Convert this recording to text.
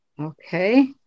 Okay